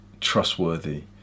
trustworthy